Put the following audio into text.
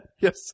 yes